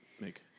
make